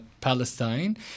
Palestine